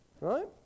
Right